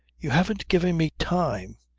you haven't given me time.